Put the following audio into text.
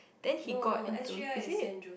then got into is it